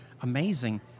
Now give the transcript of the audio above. amazing